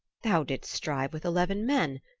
thou didst strive with eleven men.